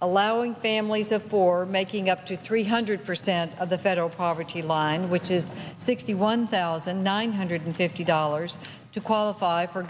allowing families of four making up to three hundred percent of the federal poverty line which is sixty one thousand nine hundred fifty dollars to qualify for